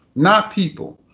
not people.